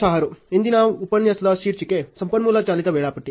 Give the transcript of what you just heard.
ಇಂದಿನ ಉಪನ್ಯಾಸದ ಶೀರ್ಷಿಕೆ ಸಂಪನ್ಮೂಲ ಚಾಲಿತ ವೇಳಾಪಟ್ಟಿ